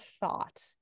thought